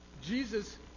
Jesus